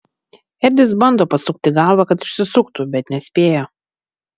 edis bando pasukti galvą kad išsisuktų bet nespėja